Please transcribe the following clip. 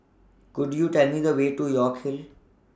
Could YOU Tell Me The Way to York Hill